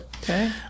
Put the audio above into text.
Okay